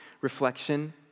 reflection